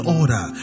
order